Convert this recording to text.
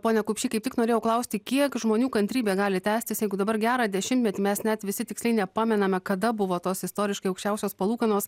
ponia kupšy kaip tik norėjau klausti kiek žmonių kantrybė gali tęstis jeigu dabar gerą dešimtmetį mes net visi tiksliai nepamename kada buvo tos istoriškai aukščiausios palūkanos